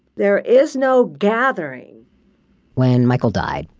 there is no gathering when michael died,